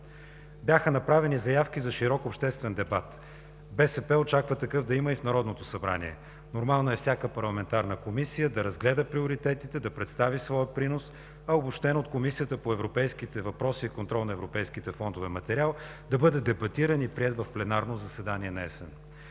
Бяха направени заявки за широк обществен дебат. БСП очаква такъв да има и в Народното събрание. Нормално е всяка парламентарна комисия да разгледа приоритетите, да представи своя принос, а обобщеният от Комисията по европейските въпроси контрол на европейските фондове материал да бъде дебатиран и приет в пленарно заседание наесен.